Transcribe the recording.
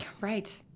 Right